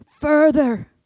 further